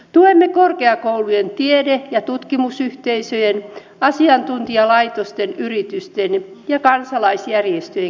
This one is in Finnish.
tuemme korkeakoulujen tiede ja tutkimusyhteisöjen asiantuntijalaitosten yritysten ja kansalaisjärjestöjen keskinäistä yhteistyötä